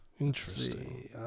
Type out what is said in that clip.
Interesting